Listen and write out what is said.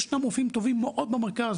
ישנם רופאים טובים מאוד במרכז,